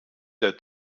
der